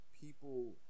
People